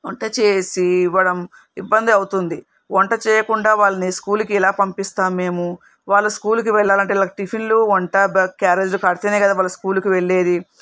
వంట చేసి ఇవ్వడం ఇబ్బంది అవుతుంది వంట చేయకుండా వాళ్ళని స్కూల్కి ఎలా పంపిస్తాము మేము వాళ్ళు స్కూల్కి వెళ్ళాలంటే వాళ్ళకి టిఫిన్లు వంట క్యారేజ్ కడితేనే కదా వాళ్ళు స్కూల్కి వెళ్ళేది